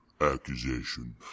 accusation